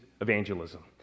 evangelism